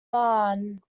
barn